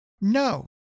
No